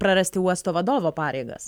prarasti uosto vadovo pareigas